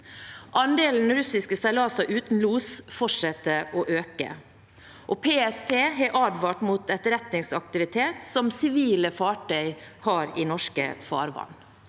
Andelen russiske seilaser uten los fortsetter å øke, og PST har advart mot etterretningsaktivitet som sivile fartøy har i norske farvann.